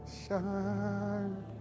shine